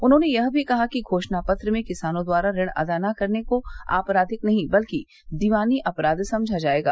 उन्होंने यह भी कहा कि घोषणा पत्र में किसानों द्वारा ऋण अदा न करने को आपराधिक नहीं बल्कि दीवानी अपराध समझा जाएगा